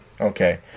Okay